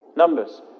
Numbers